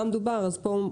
אני אומר עד איפה זה הגיע,